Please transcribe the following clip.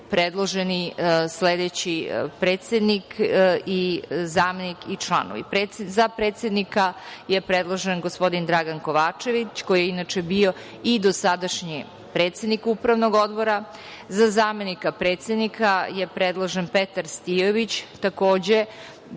predloženi sledeći predsednik, zamenik i članovi.Za predsednika je predložen gospodin Dragan Kovačević, koji je inače bio i dosadašnji predsednik Upravnog odbora. Za zamenika predsednika je predložen Petar Stijović, takođe